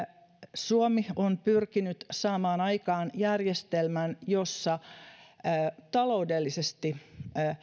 suomi on pyrkinyt saamaan aikaan järjestelmän jossa taloudellisesti